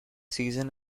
season